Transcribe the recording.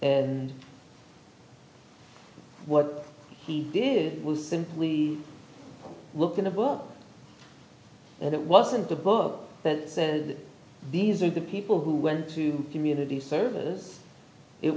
and what he did was simply look in the book and it wasn't the book that said these are the people who went to community services it